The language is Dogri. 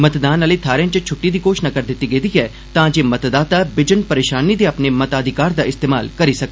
मतदान आहली थाहरें च छुट्टी दी घोषणा करी दिती गेदी ऐ तां जे मतदाता बिजन परेशानी दे अपने मताधिकार दा इस्तेमाल करी सकन